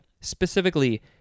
Specifically